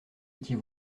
étiez